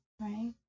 right